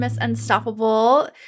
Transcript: Unstoppable